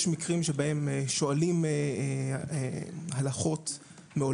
יש אמנה בין המשטרה לבין צה"ל, יש שיח בין